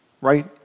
right